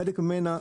חלק ממנה,